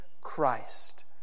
Christ